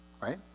right